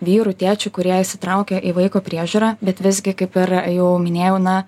vyrų tėčių kurie įsitraukia į vaiko priežiūrą bet visgi kaip ir jau minėjau na